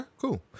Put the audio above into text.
cool